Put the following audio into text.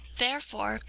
therefore,